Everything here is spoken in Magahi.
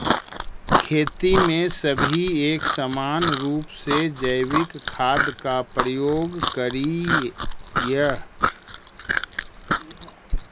खेती में सभी एक समान रूप से जैविक खाद का प्रयोग करियह